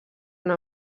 una